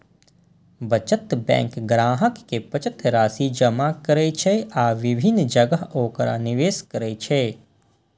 बचत बैंक ग्राहक के बचत राशि जमा करै छै आ विभिन्न जगह ओकरा निवेश करै छै